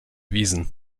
wiesen